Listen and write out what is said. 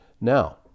Now